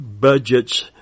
budgets